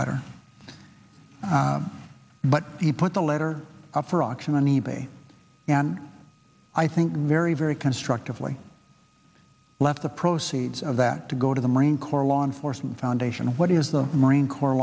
letter but he put the letter up for auction on e bay and i think very very constructively left the proceeds of that to go to the marine corps law enforcement foundation of what is the marine corps